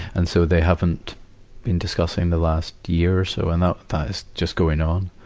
and so, they haven't been discussing the last year or so, and that is just going on.